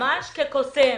ממש כקוסם.